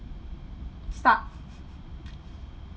stuck